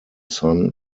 son